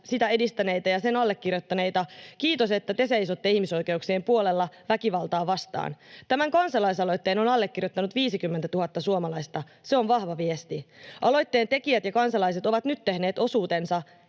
sitä edistäneitä ja sen allekirjoittaneita: kiitos, että te seisotte ihmisoikeuksien puolella väkivaltaa vastaan. Tämän kansalaisaloitteen on allekirjoittanut 50 000 suomalaista. Se on vahva viesti. Aloitteen tekijät ja kansalaiset ovat nyt tehneet osuutensa,